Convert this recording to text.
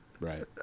Right